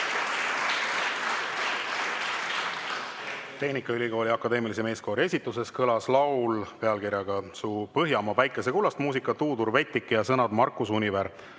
Tehnikaülikooli Akadeemilise Meeskoori esituses kõlas laul pealkirjaga "Su Põhjamaa päikese kullast". Muusika: Tuudur Vettik. Sõnad: Markus Univer.